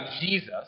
Jesus